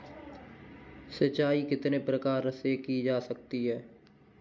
सिंचाई कितने प्रकार से की जा सकती है?